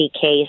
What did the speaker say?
case